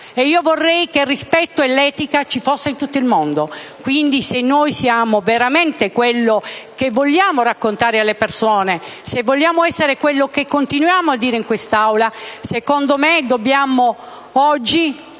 quindi, che il rispetto e l'etica ci fosse in tutto il mondo. Se noi siamo veramente quello che vogliamo raccontare alle persone, se vogliamo essere quello che continuiamo a dire in quest'Aula, secondo me, dobbiamo